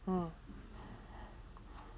mm